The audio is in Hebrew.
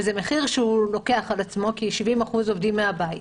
וזה מחיר שהוא לוקח על עצמו, כי 70% עובדים מהבית.